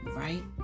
right